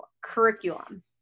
curriculum